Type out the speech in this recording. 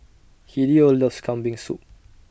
Hideo loves Kambing Soup